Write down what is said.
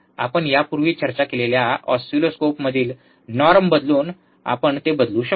आपण यापूर्वी चर्चा केलेल्या ऑसिलोस्कोपमधील नॉर्म बदलून आपण ते बदलू शकतो